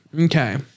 Okay